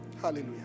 Hallelujah